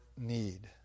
need